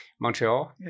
Montreal